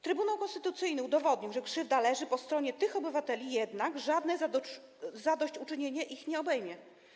Trybunał Konstytucyjny udowodnił, że krzywda jest po stronie tych obywateli, jednak żadne zadośćuczynienie ich nie obejmie.